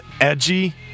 edgy